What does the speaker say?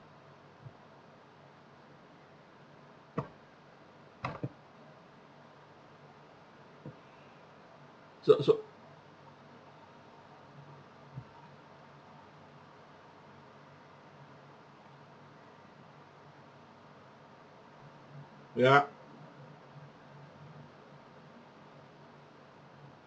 so so ya